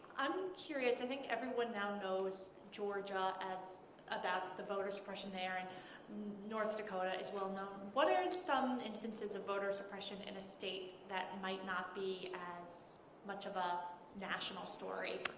i'm curious. i think everyone now knows georgia, about the voter suppression there. and north dakota is well known. what are some instances of voter suppression in a state that might not be as much of a national story?